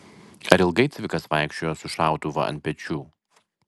ar ilgai cvikas vaikščiojo su šautuvu ant pečių